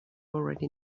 already